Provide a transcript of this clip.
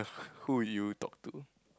who would you talk to